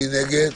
מי בעד?